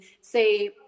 say